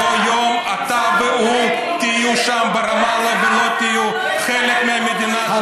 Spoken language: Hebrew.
ויבוא יום שאתה והוא תהיו שם ברמאללה ולא תהיו חלק מהמדינה שלנו,